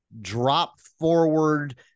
drop-forward